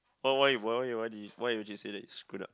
why why you why why did he why would you say that it's screwed up